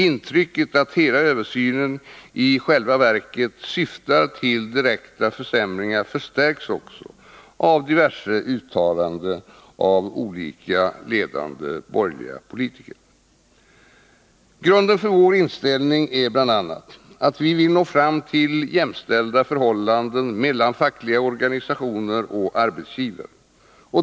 Intrycket att hela översynen i själva verket syftar till direkta försämringar förstärks ochså av diverse uttalanden av olika ledande borgerliga politiker. Grunden för vår inställning är bl.a. att vi vill nå fram till jämställda förhållanden mellan fackliga organisationer och arbetsgivare.